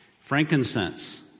Frankincense